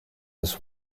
this